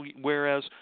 whereas